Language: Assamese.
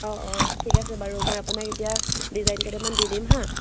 অঁ অঁ ঠিক আছে বাৰু মই আপোনাক এতিয়া ডিজাইন কেইটামান দি দিম হা